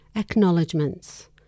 acknowledgements